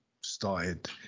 Started